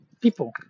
people